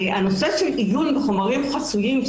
הנושא של עיון בחומרים חסויים,